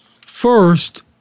First